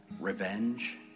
revenge